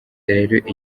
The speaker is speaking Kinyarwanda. rero